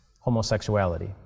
homosexuality